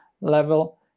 level